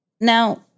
Now